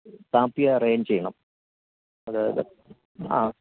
കാപ്പി അറേഞ്ചിയ്യണം അതായത് ആ